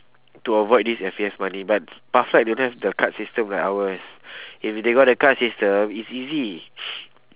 to avoid this F_A_S money but pathlight don't have the card system like ours if they got the card system it's easy